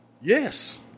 Yes